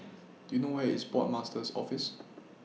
Do YOU know Where IS Port Master's Office